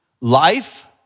life